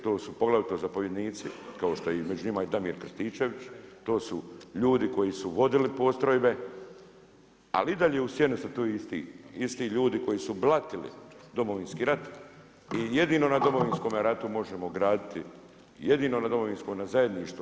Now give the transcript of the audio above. To su poglavito zapovjednici kao što je i među njima i Damir Krstičević, to su ljudi koji su vodili postrojbe, ali i dalje u sjeni su to isti ljudi koji su blatili Domovinski rat i jedino na Domovinskome ratu možemo graditi, jedino na Domovinskom, na zajedništvu.